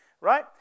right